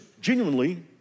genuinely